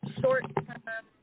short-term